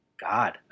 God